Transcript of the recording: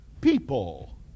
people